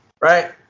right